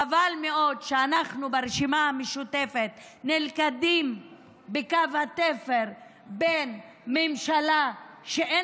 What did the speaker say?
חבל מאוד שאנחנו ברשימה המשותפת נלכדים בקו התפר בין ממשלה שאין